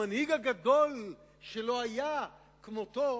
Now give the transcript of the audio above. המנהיג הגדול שלא היה כמותו,